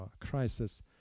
crisis